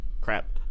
crap